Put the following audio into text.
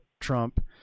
Trump